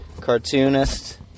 cartoonist